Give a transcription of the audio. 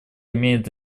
имеет